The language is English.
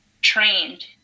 trained